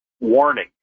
warning